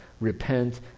Repent